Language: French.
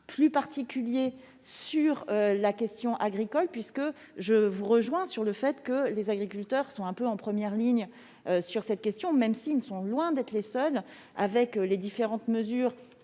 focus particulier sur la question agricole, car- je vous rejoins sur ce point -les agriculteurs sont en première ligne sur cette question, même s'ils sont loin d'être les seuls. Les différentes mesures